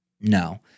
no